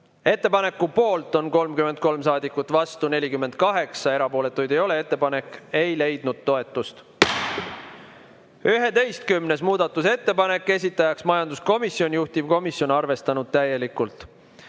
Ettepaneku poolt on 33 saadikut, vastu 48, erapooletuid ei ole. Ettepanek ei leidnud toetust. 11. muudatusettepanek, esitaja majanduskomisjon, juhtivkomisjon on arvestanud täielikult.